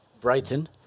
Brighton